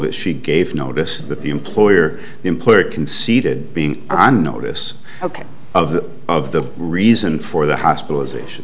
that she gave notice that the employer the employer conceded being on notice ok of the of the reason for the hospitalization